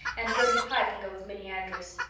and gertie pye can go with minnie andrews.